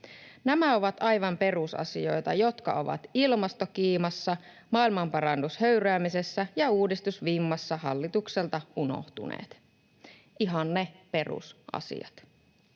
Nämä ovat aivan perusasioita, jotka ovat ilmastokiimassa, maailmanparannushöyryämisessä ja uudistusvimmassa hallitukselta unohtuneet, ihan ne perusasiat.